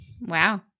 Wow